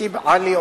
שקיב עלי,